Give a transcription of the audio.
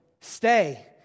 stay